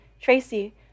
Tracy